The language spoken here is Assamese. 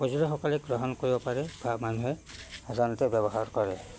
পৰ্যটকসকলে গ্ৰহণ কৰিব পাৰে বা মানুহে সাধাৰণতে ব্যৱহাৰ কৰে